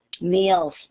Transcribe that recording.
Meals